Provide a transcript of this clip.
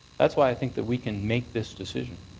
that's why i think that we can make this decision.